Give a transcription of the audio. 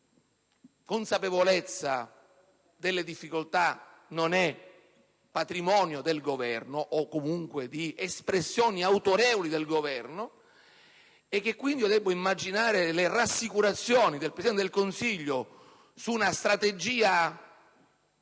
la consapevolezza delle difficoltà non è patrimonio del Governo, o comunque di espressioni autorevoli del Governo, e che, quindi, io devo immaginare che le rassicurazioni del Presidente del Consiglio su una strategia